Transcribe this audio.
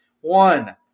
One